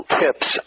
tips